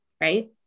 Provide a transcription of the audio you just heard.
right